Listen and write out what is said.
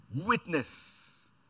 witness